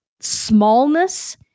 smallness